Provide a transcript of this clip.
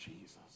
jesus